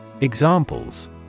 Examples